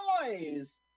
noise